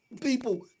People